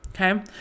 Okay